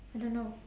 I don't know